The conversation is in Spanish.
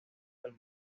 del